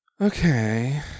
okay